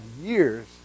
years